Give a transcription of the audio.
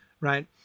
Right